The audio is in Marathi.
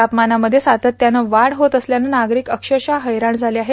तापमानामध्ये सातत्यानं वाढ होत असल्यानं नागरीक अक्षरशः हैराण झाले आहेत